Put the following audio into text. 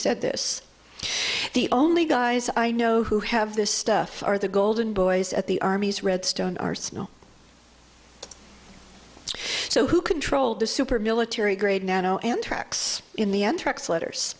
said this the only guys i know who have this stuff are the golden boys at the army's redstone arsenal so who controlled the super military grade nano anthrax in the anthrax letters